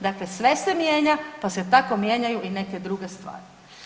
Dakle, sve se mijenja, pa se tako mijenjaju i neke druge stvari.